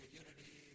unity